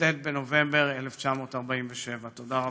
כ"ט בנובמבר 1947. תודה רבה.